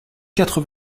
quatre